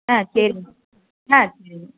ஆ சரிங்க ஆ சரிங்க